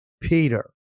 Peter